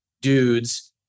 dudes